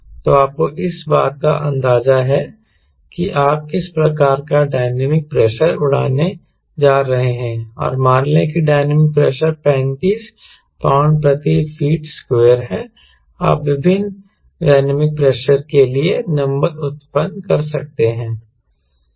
तो आपको इस बात का अंदाजा है कि आप किस प्रकार का डायनामिक प्रेशर उड़ाने जा रहे हैं और मान ले कि डायनामिक प्रेशर 35 पाउंड प्रति फीट स्क्वायर है आप विभिन्न डायनेमिक प्रेशर के लिए नंबर उत्पन्न कर सकते हैं